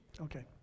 Okay